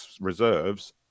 reserves